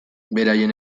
beraien